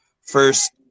first